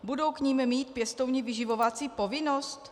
Budou k nim mít pěstouni vyživovací povinnost?